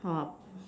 hop